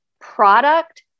product